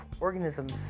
organisms